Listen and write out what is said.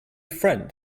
friend